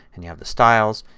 and you have the styles,